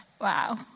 Wow